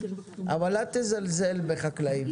אבל אל תזלזל בחקלאים.